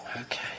Okay